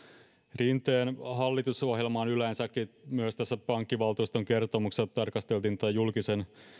rinteen hallitusohjelmaan yleensäkin niin myös tässä pankkivaltuuston kertomuksessa tarkasteltiin julkisen